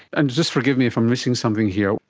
and just forgive me if i'm missing something here,